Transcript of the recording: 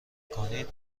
کنید